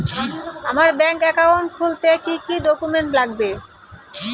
আমার bank account খুলতে কি কি ডকুমেন্ট লাগবে?